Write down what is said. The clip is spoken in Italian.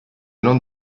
non